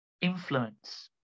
influence